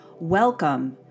welcome